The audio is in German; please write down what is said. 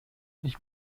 ich